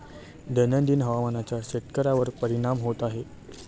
दैनंदिन हवामानाचा शेतकऱ्यांवर परिणाम होत आहे